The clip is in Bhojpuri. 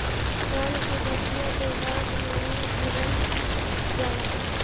दान के बछिया के दांत नाइ गिनल जाला